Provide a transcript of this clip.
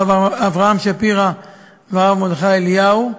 הרב אברהם שפירא והרב מרדכי אליהו.